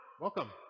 welcome